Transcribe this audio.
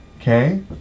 okay